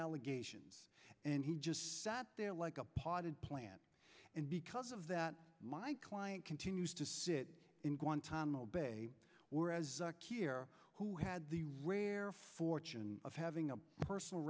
allegations and he just sat there like a potted plant and because of that my client continues to sit in guantanamo bay whereas here who had the rare fortune of having a personal